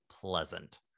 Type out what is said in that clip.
pleasant